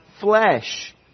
flesh